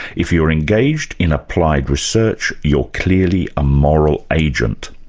if you're engaged in applied research, you're clearly a moral agent.